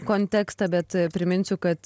kontekstą bet priminsiu kad